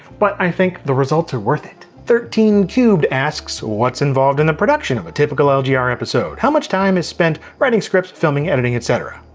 but, i think the results are worth it. thirteen cubed asks, what's involved in the production of a typical and yeah lgr episode? how much time is spent writing scripts, filming, editing, et cetera?